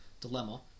dilemma